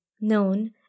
known